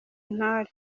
intore